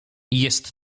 jest